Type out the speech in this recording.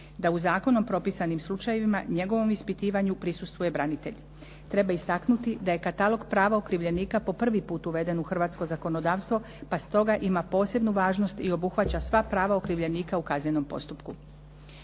da u zakonom propisanim slučajevima njegovom ispitivanju prisustvuje branitelj. Treba istaknuti da je katalog prava okrivljenika po prvi uveden u hrvatsko zakonodavstvo pa stoga ima posebnu važnost i obuhvaća sva prava okrivljenika u kaznenom postupku.